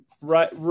right